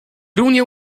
runie